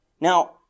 Now